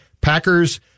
Packers